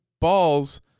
Balls